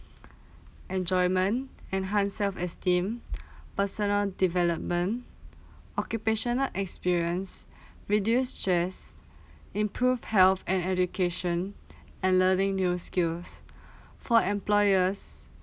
enjoyment enhanced self-esteem personal development occupational experience reduce stress improve health and education and learning new skills for employers